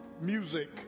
music